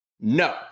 No